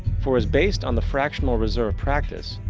for, as based on the fractional reserve practice,